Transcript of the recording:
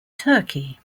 turkey